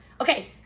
Okay